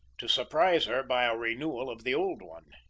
to surprise her by a renewal of the old one.